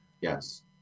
Yes